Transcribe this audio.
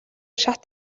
шат